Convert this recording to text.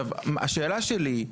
השאלה שלי,